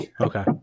Okay